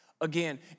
again